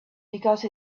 because